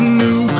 new